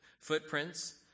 footprints